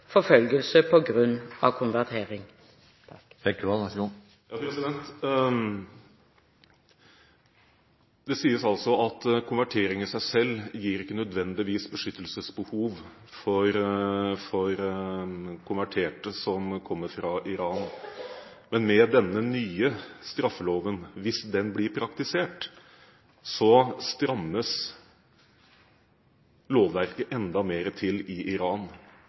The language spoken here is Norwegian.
forfølgelse på grunn av konvertering. Det sies altså at konvertering i seg selv ikke nødvendigvis gir konvertitter som kommer fra Iran, et beskyttelsesbehov. Men hvis den nye straffeloven blir praktisert, strammes lovverket i Iran enda mer til. Som jeg sa i